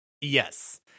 Yes